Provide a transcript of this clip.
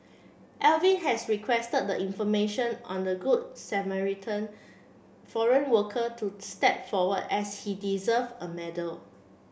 Alvin has requested the information on the Good Samaritan foreign worker to step forward as he deserve a medal